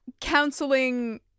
counseling